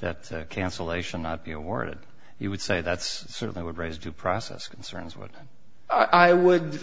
that cancellation not be awarded you would say that's sort of i would raise due process concerns what i would